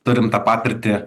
turim tą patirtį